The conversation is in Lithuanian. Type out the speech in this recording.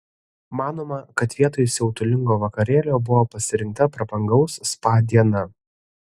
manoma kad vietoj siautulingo vakarėlio buvo pasirinkta prabangaus spa diena